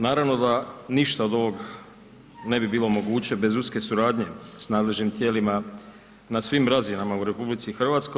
Naravno da ništa od ovog ne bi bilo moguće bez uske suradnje sa nadležnim tijelima na svim razinama u RH.